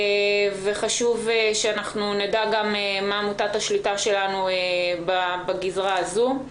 חשוב שאנחנו נדע גם מה מוטת השליטה שלנו בגזרה הזו.